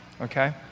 okay